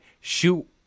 Shoot